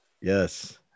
Yes